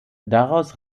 daraus